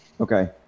Okay